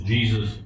Jesus